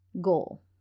goal